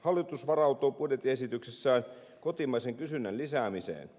hallitus varautuu budjettiesityksessään kotimaisen kysynnän lisäämiseen